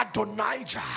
Adonijah